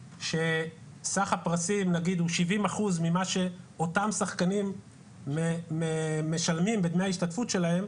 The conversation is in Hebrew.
שסך הפרסים נגיד הוא 70% ממה שאותם שחקנים משלמים בדמי ההשתתפות שלהם,